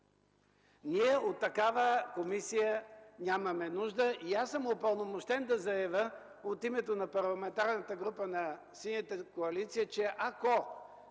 Ние от такава комисия нямаме нужда и аз съм упълномощен да заявя от името на Парламентарната група на Синята коалиция, това